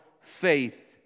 faith